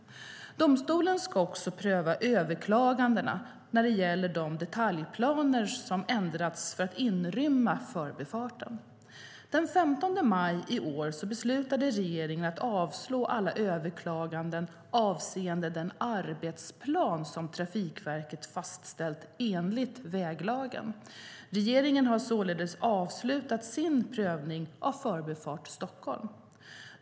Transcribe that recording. Domstolen ska också pröva överklagandena när det gäller de detaljplaner som ändrats för att inrymma förbifarten. Den 15 maj i år beslutade regeringen att avslå alla överklaganden avseende den arbetsplan som Trafikverket fastställt enligt väglagen. Regeringen har således avslutat sin prövning av Förbifart Stockholm.